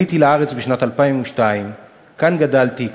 עליתי לארץ בשנת 2002. כאן גדלתי,